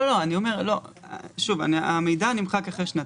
לא, המידע נמחק אחרי שנתיים.